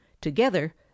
Together